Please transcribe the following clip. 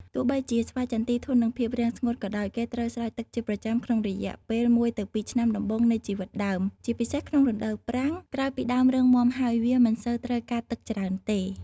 ទោះបីជាស្វាយចន្ទីធន់នឹងភាពរាំងស្ងួតក៏ដោយ គេត្រូវ ស្រោចទឹកជាប្រចាំ ក្នុងរយៈពេល ១ ទៅ២ ឆ្នាំដំបូងនៃជីវិតដើម ជាពិសេសក្នុងរដូវប្រាំង ក្រោយពីដើមរឹងមាំហើយ វាមិនសូវត្រូវការទឹកច្រើនទេ។